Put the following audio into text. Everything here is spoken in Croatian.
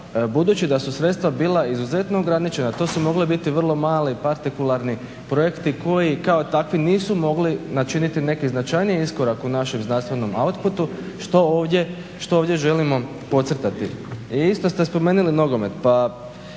budući da su sredstva bila izuzetno ograničena to su mogli biti vrlo mali partikularni projekti koji kao takvi nisu mogli načiniti neki značajniji iskorak u našem znanstvenom outputu što ovdje želimo podcrtati. I isto ste spomenuli nogomet.